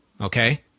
okay